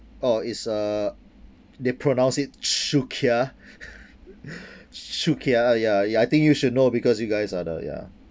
oh it's uh they pronounce it shukia shukia ya ya I think you should know because you guys are the ya